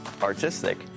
artistic